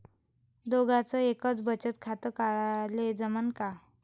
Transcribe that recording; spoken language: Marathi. दोघाच एकच बचत खातं काढाले जमनं का?